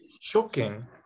shocking